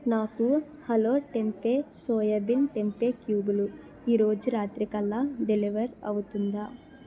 నాకు hello tempeh soya bean tempeh క్యూబులు ఈరోజు రాత్రికల్లా డెలివర్ అవుతుందా